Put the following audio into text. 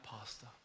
pastor